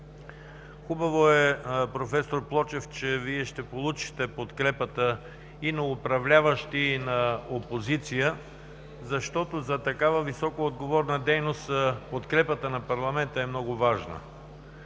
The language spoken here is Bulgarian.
Хубаво е, проф. Плочев, че Вие ще получите подкрепата и на управляващи, и на опозиция, защото за такава високоотговорна дейност подкрепата на парламента е много важна.